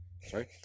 sorry